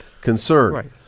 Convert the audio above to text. concern